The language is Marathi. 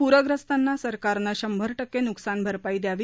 पूर्यस्तांना सरकारनं शंभर टक्के नुकसान भरपाई द्यावी